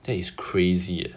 that is crazy eh